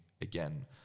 again